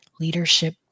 leadership